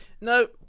No